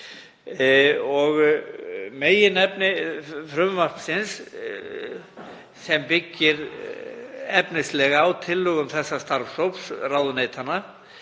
og meginefni frumvarpsins, sem byggir efnislega á tillögum starfshóps ráðuneytanna